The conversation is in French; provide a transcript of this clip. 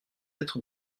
être